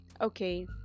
Okay